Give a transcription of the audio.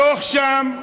הדוח שם,